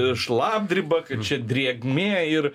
šlapdriba kad čia drėgmė ir